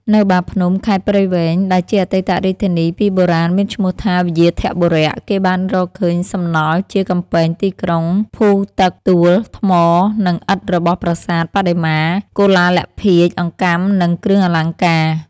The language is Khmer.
នៅបាភ្នំ ខេត្តព្រៃវែង ដែលជាអតីតរាជធានីពីបុរាណមានឈ្មោះថា វ្យាធបុរៈ គេបានរកឃើញសំណល់ជាកំពែងទីក្រុង ភូទឹក ទួល ថ្មនិងឥដ្ឋរបស់ប្រាសាទ បដិមា កុលាលភាជន៍អង្កាំនិង គ្រឿងអលង្ការ។